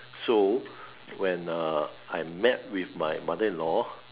so when uh I met with my mother-in-law